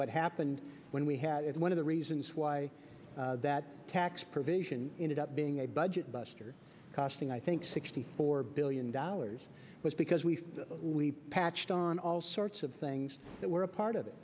what happened when we had one of the reasons why that tax provision in it up being a budget buster costing i think sixty four billion dollars was because we've we patched on all sorts of things that were a part of it